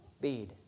Bead